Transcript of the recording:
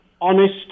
honest